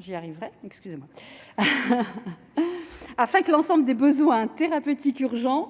j'y arriverai, excusez-moi, afin que l'ensemble des besoins thérapeutiques urgent